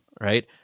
right